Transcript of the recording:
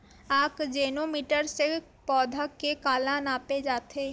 आकजेनो मीटर से पौधा के काला नापे जाथे?